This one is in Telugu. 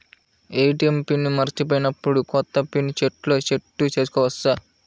ఏ.టీ.ఎం పిన్ మరచిపోయినప్పుడు, కొత్త పిన్ సెల్లో సెట్ చేసుకోవచ్చా?